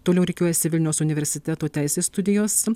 toliau rikiuojasi vilniaus universiteto teisės studijos